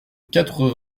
quatre